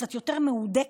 קצת יותר מהודקת,